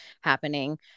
happening